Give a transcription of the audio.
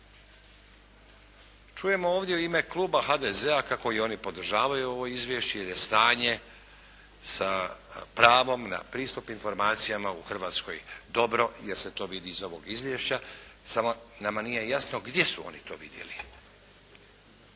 Čujemo ovdje u ime kluba HDZ-a kako oni podržavaju ovo izvješće jer je stanje sa pravom na pristup informacijama u Hrvatskoj dobro, jer se to vidi iz ovog izvješća. Samo nama nije jasno gdje su oni to vidjeli,